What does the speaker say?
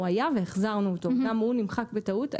הוא היה והחזרנו אותו, גם הוא נמחק בטעות.